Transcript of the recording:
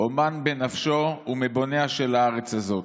אומן בנפשו ומבוניה של הארץ הזאת.